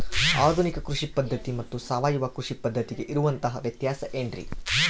ಆಧುನಿಕ ಕೃಷಿ ಪದ್ಧತಿ ಮತ್ತು ಸಾವಯವ ಕೃಷಿ ಪದ್ಧತಿಗೆ ಇರುವಂತಂಹ ವ್ಯತ್ಯಾಸ ಏನ್ರಿ?